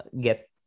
get